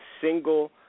single